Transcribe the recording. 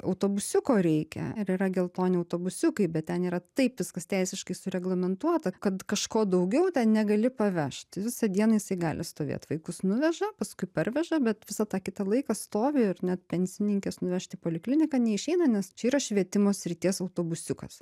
autobusiuko reikia ir yra geltoni autobusiukai bet ten yra taip viskas teisiškai sureglamentuota kad kažko daugiau negali pavežt visą dieną jisai gali stovėt vaikus nuveža paskui parveža bet visą tą kitą laiką stovi ir net pensininkės nuvežt į polikliniką neišeina nes čia yra švietimo srities autobusiukas